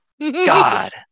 God